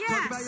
Yes